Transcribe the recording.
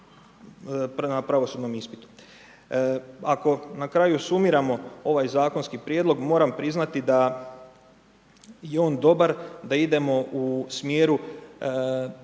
na pravosudnom ispitu. Ako na kraju sumiramo ovaj zakonski prijedlog moram priznati da je on dobar, da idemo u smjeru